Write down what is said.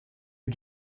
you